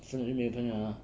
分了就没有朋友了 lah